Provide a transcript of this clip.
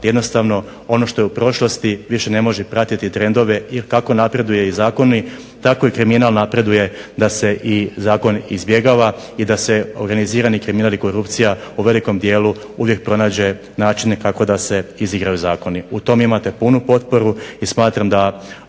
jednostavno ono što je u prošlosti više ne može pratiti trendove. Jer kako napreduju i zakoni tako i kriminal napreduje da se i zakon izbjegava i da se organizirani kriminal i korupcija u velikom dijelu uvijek pronađe načine kako da se izigraju zakoni. U tome imate punu potporu i smatram da